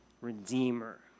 redeemer